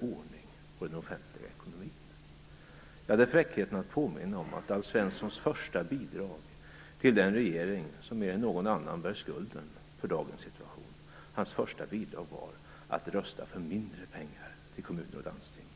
ordning på den offentliga ekonomin. Jag hade fräckheten att påminna om att Alf Svenssons första bidrag till den regering som mer än någon annan bär skulden för dagens situation var att rösta för mindre pengar till kommuner och landsting.